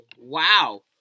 Wow